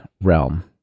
realm